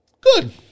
good